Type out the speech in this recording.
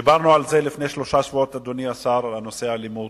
דיברנו על נושא האלימות